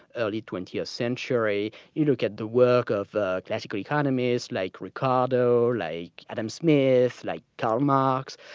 early twentieth century, you look at the work of classical economists like ricardo, like adam smith, like karl marx.